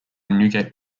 newgate